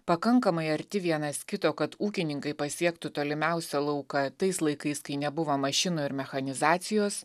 pakankamai arti vienas kito kad ūkininkai pasiektų tolimiausią lauką tais laikais kai nebuvo mašinų ir mechanizacijos